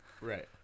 right